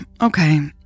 Okay